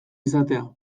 izatea